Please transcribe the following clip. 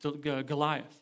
Goliath